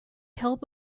help